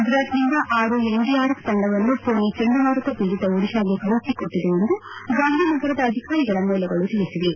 ಗುಜರಾತ್ನಿಂದ ಆರು ಎನ್ಡಿಆರ್ಎಫ್ ತಂಡವನ್ನು ಫೋನಿ ಚಂಡಮಾರುತ ಪೀಡಿತ ಒಡಿಶಾಗೆ ಕಳುಹಿಸಿಕೊಟ್ಟಿದೆ ಎಂದು ಗಾಂಧಿನಗರದ ಅಧಿಕಾರಿಗಳ ಮೂಲಗಳು ತಿಳಿಸಿವೆ